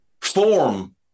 form